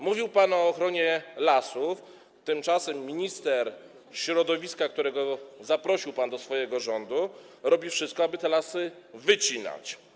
Mówił pan o ochronie lasów, tymczasem minister środowiska, którego zaprosił pan do swojego rządu, robi wszystko, aby te lasy wycinać.